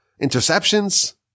interceptions